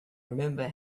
remember